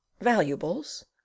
valuables